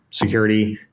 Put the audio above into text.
security.